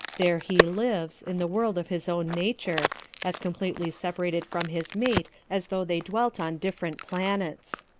there he lives, in the world of his own nature as completely separated from his mate as though they dwelt on different planets.